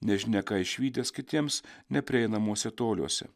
nežinia ką išvydęs kitiems neprieinamuose toliuose